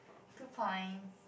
two points